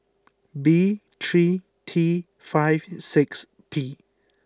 B three T five six P